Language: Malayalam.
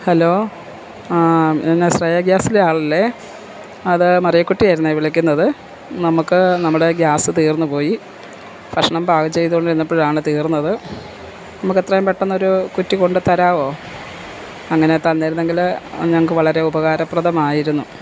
ഹലോ ആ പിന്നെ ശ്രേയാ ഗ്യാസിലെ ആളല്ലേ അതേ മറിയക്കുട്ടിയായിരുന്നെ വിളിക്കുന്നത് നമുക്ക് നമ്മുടെ ഗ്യാസ് തീർന്നുപോയി ഭക്ഷണം പാകം ചെയ്തുകൊണ്ടിരുന്നപ്പോഴാണ് തീർന്നത് നമുക്ക് എത്രയും പെട്ടെന്ന് ഒരു കുറ്റി കൊണ്ടുതരാമോ അങ്ങനെ തന്നിരുന്നെങ്കിൽ ഞങ്ങൾക്ക് വളരെ ഉപകാരപ്രദമായിരുന്നു